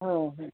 हो हो